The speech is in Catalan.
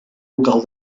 local